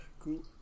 Cool